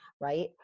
right